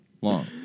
long